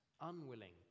unwilling